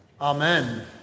Amen